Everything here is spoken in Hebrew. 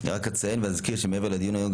אני רק אציין ואזכיר שמעבר לדיון היום,